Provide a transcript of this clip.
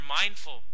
mindful